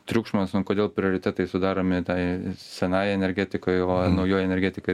triukšmas nu kodėl prioritetai sudaromi tai senai energetikai o naujoji energetika